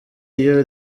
iyo